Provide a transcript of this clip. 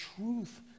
truth